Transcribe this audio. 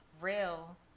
real